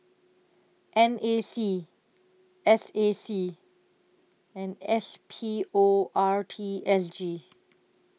N A C S A C and S P O R T S G